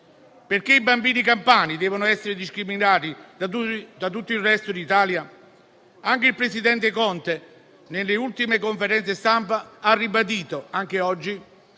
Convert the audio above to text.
Perché i bambini campani devono essere discriminati rispetto a tutto il resto d'Italia? Anche il presidente Conte, nelle ultime conferenze stampa e anche oggi,